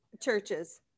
churches